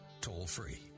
toll-free